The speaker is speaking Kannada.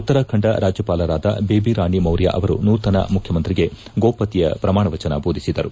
ಉತ್ತರಾಖಂಡ ರಾಜ್ಯಪಾಲರಾದ ಬೇಬಿರಾಣಿ ಮೌರ್ಯ ಅವರು ನೂತನ ಮುಖ್ಯಮಂತ್ರಿಗೆ ಗೋಪ್ಲತೆಯ ಪ್ರಮಾಣ ವಜನ ಬೋಧಿಸಿದರು